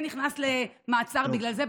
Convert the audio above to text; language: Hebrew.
ונכנס למעצר בגלל זה,